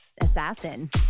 assassin